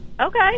Okay